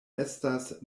estas